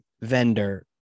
vendor